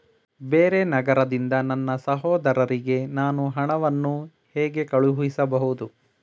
ಬೇರೆ ನಗರದಿಂದ ನನ್ನ ಸಹೋದರಿಗೆ ನಾನು ಹಣವನ್ನು ಹೇಗೆ ಕಳುಹಿಸಬಹುದು?